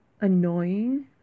annoying